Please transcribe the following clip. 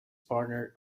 partner